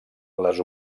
les